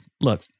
look